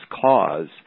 cause